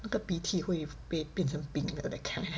那个鼻涕会被变成冰的 that kind